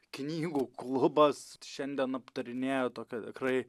knygų klubas šiandien aptarinėja tokią tikrai